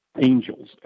angels